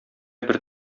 бер